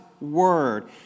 Word